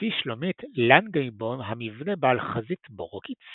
לפי שלומית לנגבוים המבנה בעל חזית בארוקית,